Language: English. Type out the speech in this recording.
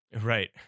right